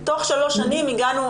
תוך שלוש שנים הגענו,